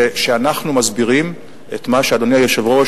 זה שאנחנו מסבירים את מה שאדוני היושב-ראש,